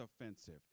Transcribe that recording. offensive